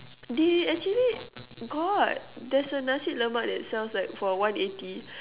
they actually got there's a Nasi-Lemak that sells like for one eighty